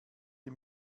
die